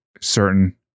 certain